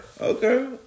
Okay